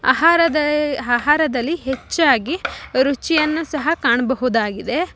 ಆಹಾರ ದಯ್ ಆಹಾರದಲ್ಲಿ ಹೆಚ್ಚಾಗಿ ರುಚಿಯನ್ನು ಸಹ ಕಾಣಬಹುದಾಗಿದೆ